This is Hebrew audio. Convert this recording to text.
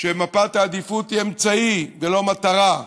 שמפת העדיפות היא אמצעי, ולא מטרה.